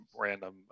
random